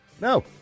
No